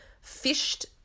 fished